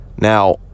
Now